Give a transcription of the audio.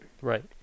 Right